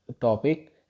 topic